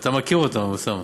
ואתה מכיר אותן, אוסאמה.